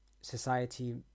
society